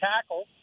tackle